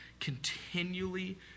continually